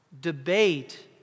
debate